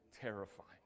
terrifying